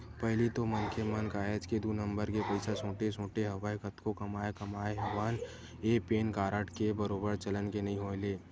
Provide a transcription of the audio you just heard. पहिली तो मनखे मन काहेच के दू नंबर के पइसा सोटे सोटे हवय कतको कमाए कमाए हवय पेन कारड के बरोबर चलन के नइ होय ले